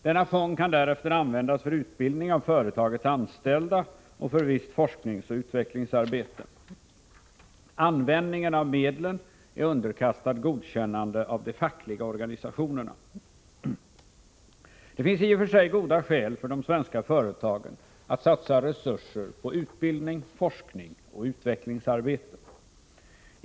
Denna fond kan därefter användas för utbildning av företagets anställda och för visst forskningsoch utvecklingsarbete. Användningen av medlen är underkastad godkännande av de fackliga organisationerna. Det finns i och för sig goda skäl för de svenska företagen att satsa resurser på utbildning, forskning och utvecklingsarbete.